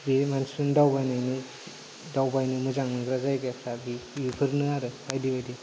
बे मानसिफोरनि दावबायनायनि दावबायनो मोजां मोनग्रा जायगाया बेफोरनो आरो बायदि बायदि